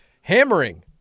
hammering